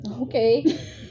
okay